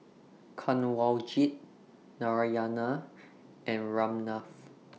Kanwaljit Narayana and Ramnath